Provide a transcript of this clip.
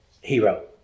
hero